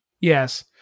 Yes